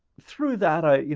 through that i, you